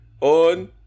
on